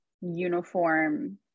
uniform